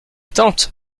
tante